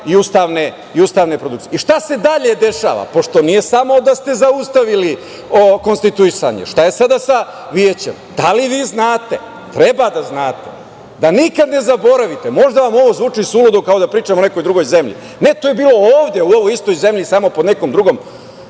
i ustavne produkcije. Šta se dalje dešava? Pošto nije samo da ste zaustavili konstituisanje, šta je sada sa Većem? Da li vi znate? Treba da znate, da nikad ne zaboravite. Možda vam ovo zvuči suludo, kao da pričam o nekoj drugoj zemlji. Ne, to je bilo ovde u ovoj istoj zemlji, samo pod nekom drugom